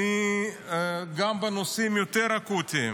גם בנושאים יותר אקוטיים